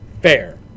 fair